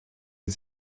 wie